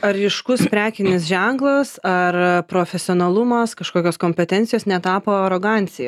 ar ryškus prekinis ženklas ar profesionalumas kažkokios kompetencijos netapo arogancija